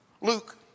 Luke